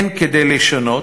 כן כדי לשנות.